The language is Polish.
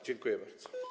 Dziękuję bardzo.